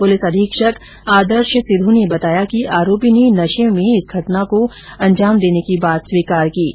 police अधीक्षक आदर्श सिधु ने बताया कि आरोपी ने नशे में इस घटना को अंजाम देने की बात स्वीकार की है